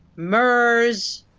mers,